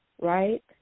right